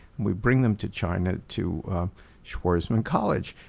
we bring them to china to schwarzman college,